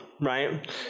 right